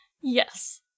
Yes